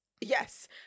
Yes